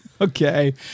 okay